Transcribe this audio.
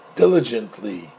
diligently